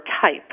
type